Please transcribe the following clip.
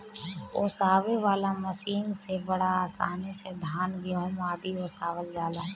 ओसावे वाला मशीन से बड़ा आसानी से धान, गेंहू आदि ओसावल जाला